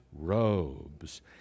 robes